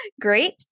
great